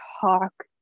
talk